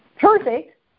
Perfect